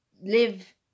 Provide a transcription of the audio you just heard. live